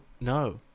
No